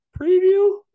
preview